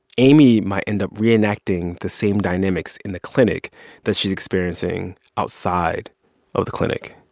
amy might end up reenacting the same dynamics in the clinic that she's experiencing outside of the clinic.